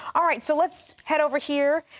alright, so let's head over here.